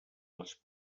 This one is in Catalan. les